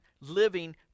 living